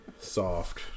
Soft